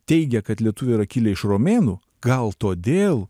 teigė kad lietuviai yra kilę iš romėnų gal todėl